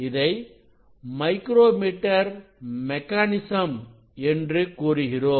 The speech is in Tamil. இதை மைக்ரோ மீட்டர் மெக்கானிசம் என்று கூறுகிறோம்